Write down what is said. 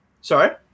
Sorry